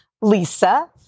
Lisa